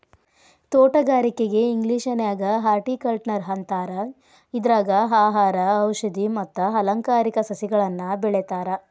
ತೋಟಗಾರಿಕೆಗೆ ಇಂಗ್ಲೇಷನ್ಯಾಗ ಹಾರ್ಟಿಕಲ್ಟ್ನರ್ ಅಂತಾರ, ಇದ್ರಾಗ ಆಹಾರ, ಔಷದಿ ಮತ್ತ ಅಲಂಕಾರಿಕ ಸಸಿಗಳನ್ನ ಬೆಳೇತಾರ